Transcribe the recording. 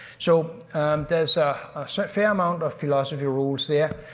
so there's a so fair amount of philosophy rules there.